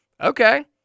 okay